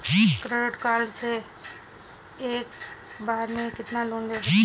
Credit card से एक बार में कितना लोन ले सकते हैं?